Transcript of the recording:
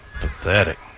pathetic